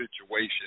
situation